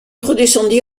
redescendit